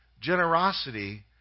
Generosity